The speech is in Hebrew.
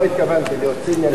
לא התכוונתי להיות ציני.